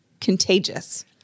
contagious